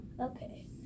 Okay